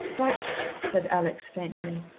but said alex faintly.